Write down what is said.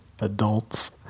Adults